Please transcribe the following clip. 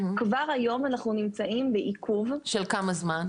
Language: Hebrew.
כבר היום אנחנו נמצאים בעיכוב --- של כמה זמן?